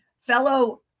fellow